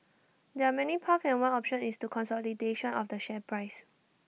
there're many paths and one option is consolidation of the share price